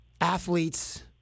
athletes